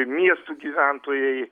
miestų gyventojai